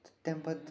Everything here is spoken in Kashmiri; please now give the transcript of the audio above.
تہٕ تَمہِ پتہٕ